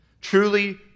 Truly